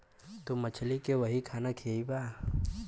तू मछली के वही खाना खियइबा